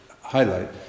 highlight